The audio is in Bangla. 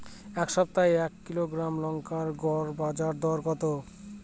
এই সপ্তাহে এক কিলোগ্রাম লঙ্কার গড় বাজার দর কত?